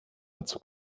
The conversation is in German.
dazu